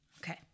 Okay